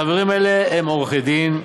החברים האלה הם עורכי-דין,